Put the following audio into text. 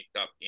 up